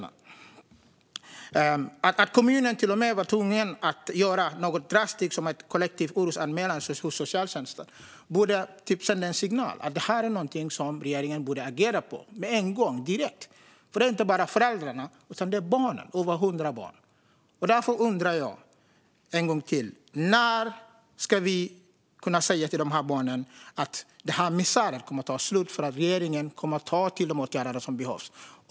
Att kommunen till och med var tvungen att göra något så drastiskt som en kollektiv orosanmälan till socialtjänsten sänder en signal om att regeringen borde agera direkt. Det handlar inte bara om föräldrarna utan om över hundra barn. När ska vi kunna säga till dessa barn att det är slut på misären för att regeringen kommer att vidta de åtgärder som behövs?